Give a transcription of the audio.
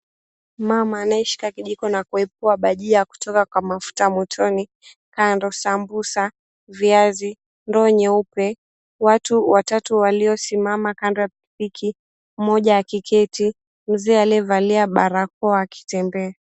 Mama anayeshika kijiko na kuepua bajia kutoka kwa mafuta motoni, haya ndo sambusa, viazi, ndoo nyeupe, watu watatu waliosimama kando ya pikipiki mmoja akiketi, mzee aliyevalia barakoa akitembea.